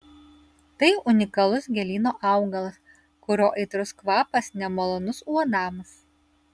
tai unikalus gėlyno augalas kurio aitrus kvapas nemalonus uodams